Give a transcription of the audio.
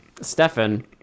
Stefan